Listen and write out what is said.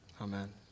Amen